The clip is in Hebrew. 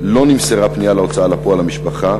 לא נמסרה פנייה להוצאה לפועל למשפחה,